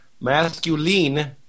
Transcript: masculine